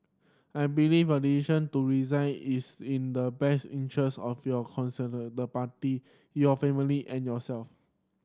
I believe your decision to resign is in the best interest of your the Party your family and yourself